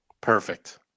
Perfect